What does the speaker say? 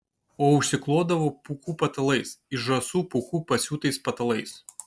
o užsiklodavo pūkų patalais iš žąsų pūkų pasiūtais patalais